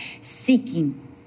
seeking